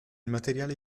materiale